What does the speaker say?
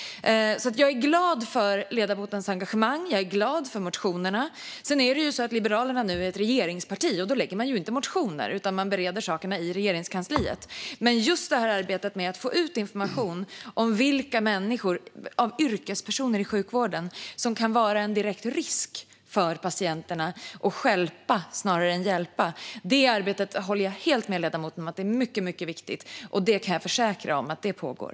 Jag är glad för ledamotens engagemang. Jag är glad för motionerna. Sedan är det så att Liberalerna nu är ett regeringsparti. Då väcker man inte motioner, utan man bereder sakerna i Regeringskansliet. Men jag håller helt med ledamoten om att arbetet med att få ut information om vilka yrkespersoner i sjukvården som kan vara en direkt risk för patienterna och som stjälper snarare än hjälper är mycket, mycket viktigt. Och jag kan försäkra att det pågår.